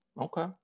Okay